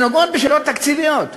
שנוגעות בשאלות תקציביות: